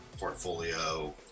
portfolio